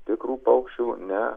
tikrų paukščių ne